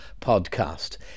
podcast